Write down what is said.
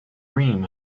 rim